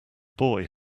boy